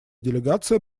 делегация